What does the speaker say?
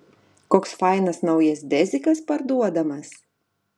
koks fainas naujas dezikas parduodamas